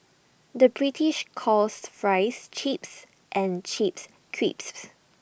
the British calls Fries Chips and crisps